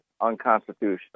unconstitutional